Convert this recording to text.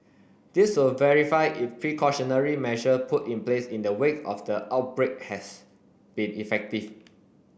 this will verify if precautionary measure put in place in the wake of the outbreak has been effective